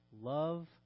Love